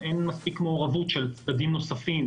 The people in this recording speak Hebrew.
אין מספיק מעורבות של צדדים נוספים.